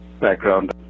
background